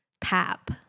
Pap